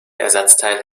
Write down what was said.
ersatzteil